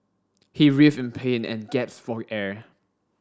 he writhed in pain and gasped for air